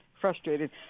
frustrated